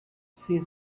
see